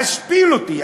להשפיל אותי.